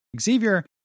Xavier